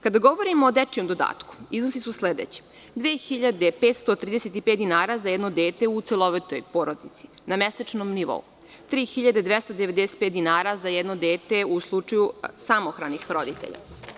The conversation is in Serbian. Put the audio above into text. Kada govorimo o dečijem dodatku, iznosi su sledeći – 2.535 dinara za jedno dete u celovitoj porodici na mesečnom nivou, 3.295 dinara za jedno dete u slučaju samohranih roditelja.